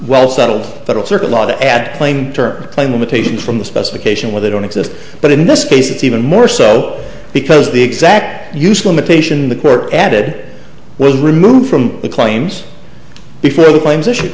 well settled federal circuit law to add playing terms playing with patients from the specification where they don't exist but in this case it's even more so because the exact use limitation the court added was removed from the claims before the claims issue